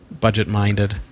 Budget-minded